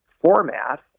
format